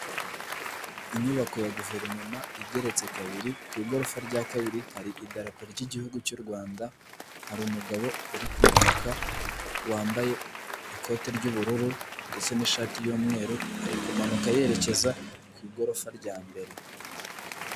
Inyubako ya guverinoma igeretse kabiri , ku igorofa rya kabiri hari idarapo ry'igihugu cy'u Rwanda, hari umugabo uri kumanuka wambaye ikoti ry'ubururu ndetse n'ishati y'umweru ,ari kumanuka yerekeza ku igorofa rya mbere.